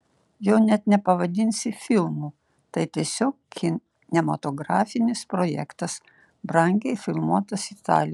jo net nepavadinsi filmu tai tiesiog kinematografinis projektas brangiai filmuotas italijoje